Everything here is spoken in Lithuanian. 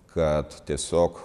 kad tiesiog